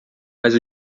mas